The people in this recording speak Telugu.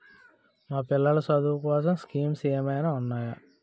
మా పిల్లలు చదువు కోసం స్కీమ్స్ ఏమైనా ఉన్నాయా?